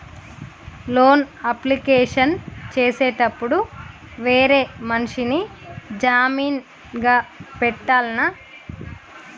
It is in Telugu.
లోన్ అప్లికేషన్ చేసేటప్పుడు వేరే మనిషిని జామీన్ గా పెట్టాల్నా?